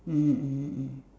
mmhmm mmhmm mmhmm